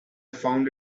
found